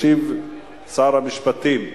ישיב שר המשפטים.